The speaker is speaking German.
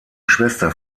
schwester